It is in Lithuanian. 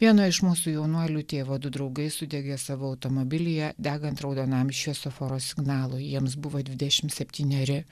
vieno iš mūsų jaunuolių tėvo du draugai sudegė savo automobilyje degant raudonam šviesoforo signalui jiems buvo dvidešim septyneri